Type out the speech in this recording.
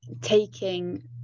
taking